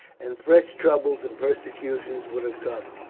and fresh troubles and persecutions would have come.